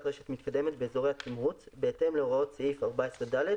רשת מתקדמת באזורי התמרוץ בהתאם להוראות סעיף 14ד,